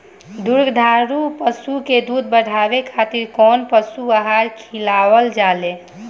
दुग्धारू पशु के दुध बढ़ावे खातिर कौन पशु आहार खिलावल जाले?